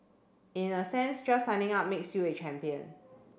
in a sense just signing up makes you a champion